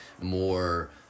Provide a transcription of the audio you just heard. more